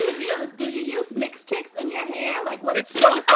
you do? you use mixed chicks in your hand. like what is so